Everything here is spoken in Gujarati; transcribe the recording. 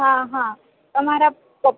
હાં હાં તમારા પપ